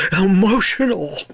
emotional